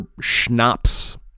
schnapps